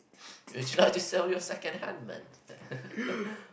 would you like to sell your second hand man